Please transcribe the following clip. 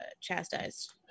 chastised